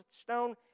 stone